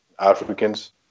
Africans